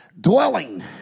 Dwelling